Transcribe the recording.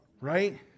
right